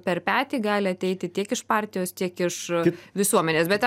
per petį gali ateiti tiek iš partijos tiek iš visuomenės bet